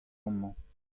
amañ